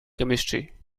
chemistry